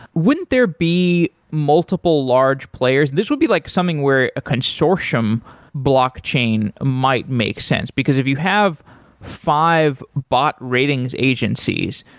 wouldn't there be multiple large players? this would be like something where a consortium blockchain might make sense, because if you have five bot ratings agencies,